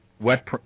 Wet